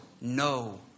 no